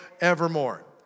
evermore